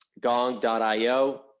gong.io